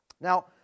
Now